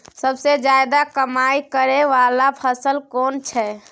सबसे ज्यादा कमाई करै वाला फसल कोन छै?